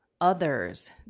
others